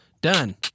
Done